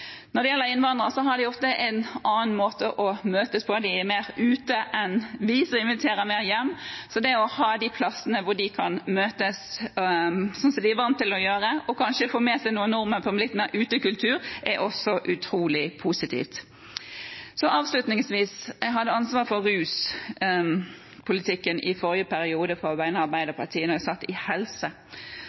Når det gjelder innvandrere, har de ofte en annen måte å møtes på – de er mer ute enn oss, som inviterer mer hjem. Det å ha de plassene hvor de kan møtes slik de er vant til å møtes – og kanskje få med seg noen nordmenn på litt mer utekultur – er også utrolig positivt. Avslutningsvis: Jeg hadde ansvaret for ruspolitikken i forrige periode på vegne av Arbeiderpartiet da jeg satt i